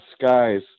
skies